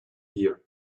year